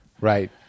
Right